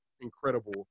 incredible